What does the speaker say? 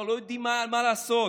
לא יודעים מה לעשות,